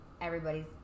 everybody's